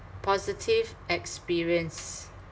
positive experience